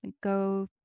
go